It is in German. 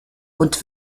und